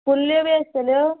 कुल्ल्यो बी आसतल्यो